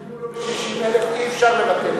מי שהתחייבו לו ב-60,000, אי-אפשר לבטל את זה.